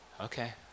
okay